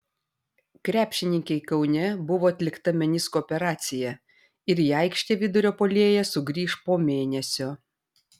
krepšininkei kaune buvo atlikta menisko operacija ir į aikštę vidurio puolėja sugrįš po mėnesio